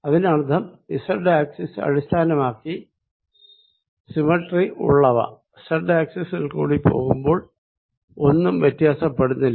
അതിനർത്ഥം zed axis അടിസ്ഥാനമായി symmetry ഉള്ളവ സെഡ് ആക്സിസിൽ കൂടി പോകുമ്പോൾ ഒന്നും വ്യത്യാസപ്പെടുന്നില്ല